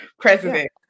president